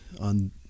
on